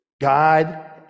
God